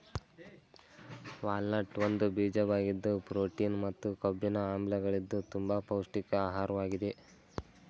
walnut ಒಂದು ಬೀಜವಾಗಿದ್ದು protein ಮತ್ತು ಕೊಬ್ಬಿನ ಆಮ್ಲಗಳಿದ್ದು ತುಂಬ ಪೌಷ್ಟಿಕ ಆಹಾರ್ವಾಗಿದೆ